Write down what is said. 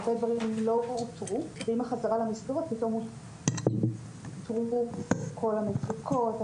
הרבה דברים לא הוצאו ועם החזרה למסגרות פתאום הוצאו כל המצוקות,